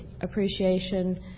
appreciation